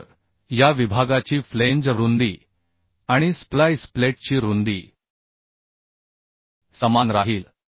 तर या विभागाची फ्लेंज रुंदी आणि स्प्लाइस प्लेटची रुंदी समान राहील